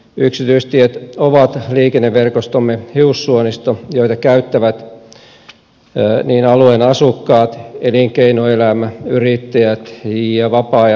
yksityistiet ovat liikenneverkostomme hiussuonisto joita käyttävät niin alueen asukkaat elinkeinoelämä yrittäjät kuin vapaa ajan asukkaat